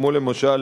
כמו למשל